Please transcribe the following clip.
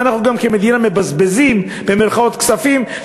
אם אנחנו המדינה "מבזבזים" כספים,